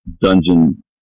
dungeon